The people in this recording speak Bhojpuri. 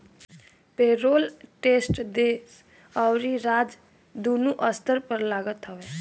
पेरोल टेक्स देस अउरी राज्य दूनो स्तर पर लागत हवे